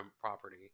property